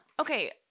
okay